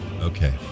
Okay